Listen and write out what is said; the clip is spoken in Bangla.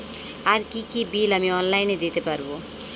আর কি কি বিল আমি অনলাইনে দিতে পারবো?